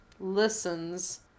listens